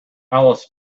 alice